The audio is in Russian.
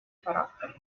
характер